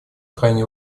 крайне